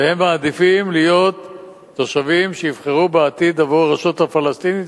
והם מעדיפים להיות תושבים שיבחרו בעתיד עבור הרשות הפלסטינית,